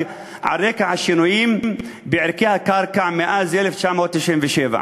על רקע השינויים בערכי הקרקע מאז 1997,